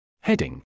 Heading